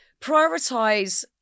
prioritize